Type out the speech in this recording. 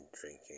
drinking